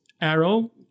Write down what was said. arrow